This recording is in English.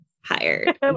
Hired